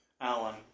Alan